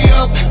up